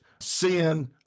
sin